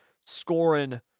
scoring